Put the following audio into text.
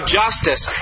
justice